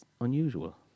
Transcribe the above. unusual